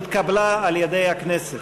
התקבלה על-ידי הכנסת.